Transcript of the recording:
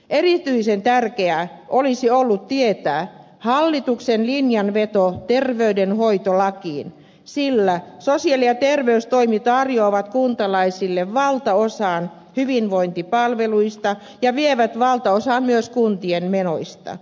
erityisen tärkeää olisi ollut tietää hallituksen linjanveto terveydenhuoltolakiin sillä sosiaali ja terveystoimi tarjoavat kuntalaisille valtaosan hyvinvointipalveluista ja vievät valtaosan myös kuntien menoista